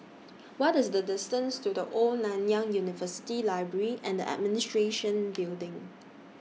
What IS The distance to The Old Nanyang University Library and Administration Building